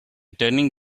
turning